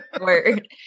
Word